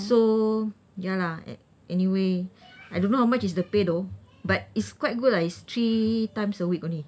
so ya lah an~ anyway I don't know how much is the pay though but it's quite good lah it's three times a week only